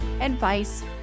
advice